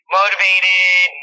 motivated